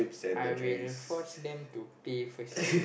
I will force them to pay first